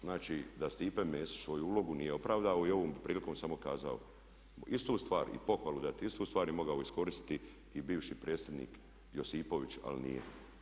Znači, da Stipe Mesić svoju ulogu nije opravdavao i ovom bih prilikom samo kazao istu stvar i pohvalu, dat istu stvar i mogao iskoristiti i bivši predsjednik Josipović ali nije.